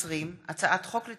פ/4922/20 וכלה בהצעת חוק פ/4962/20,